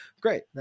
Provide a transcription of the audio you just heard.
great